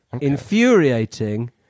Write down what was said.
infuriating